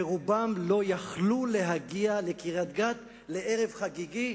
ורובם "לא היו יכולים" להגיע לקריית-גת לערב חגיגי,